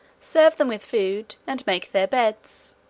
serve them with food, and make their beds.